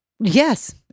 Yes